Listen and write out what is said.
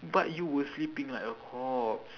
but you were sleeping like a corpse